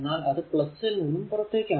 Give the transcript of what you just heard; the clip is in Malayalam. എന്നാൽ അത് ൽ നിന്നും പുറത്തേക്കാണ്